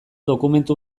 dokumentu